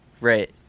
Right